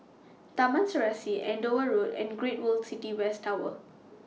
Taman Serasi Andover Road and Great World City West Tower